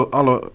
alle